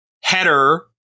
header